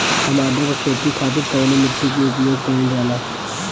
टमाटर क खेती खातिर कवने मिट्टी के उपयोग कइलजाला?